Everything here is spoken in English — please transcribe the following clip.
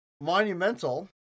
monumental